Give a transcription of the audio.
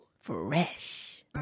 Fresh